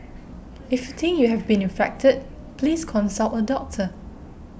if you think you have been infected please consult a doctor